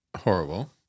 Horrible